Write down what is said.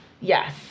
Yes